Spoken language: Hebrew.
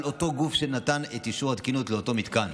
אותו גוף שנתן את אישור התקינות לאותו מתקן.